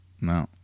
No